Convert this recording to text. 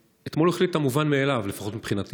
ואתמול הוא החליט את המובן מאליו, לפחות מבחינתי.